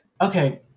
Okay